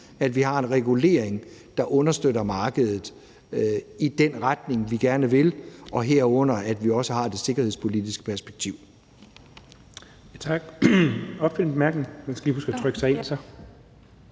at vi har en regulering, der understøtter markedet i den retning, vi gerne vil, og herunder at vi også har det sikkerhedspolitiske perspektiv med. Kl. 11:56 Den fg. formand (Jens